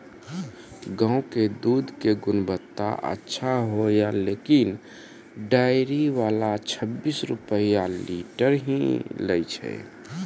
गांव के दूध के गुणवत्ता अच्छा होय या लेकिन डेयरी वाला छब्बीस रुपिया लीटर ही लेय छै?